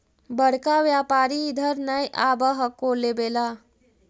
बड़का व्यापारि इधर नय आब हको लेबे ला?